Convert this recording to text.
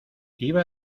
iba